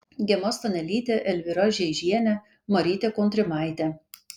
gema stanelytė elvyra žeižienė marytė kontrimaitė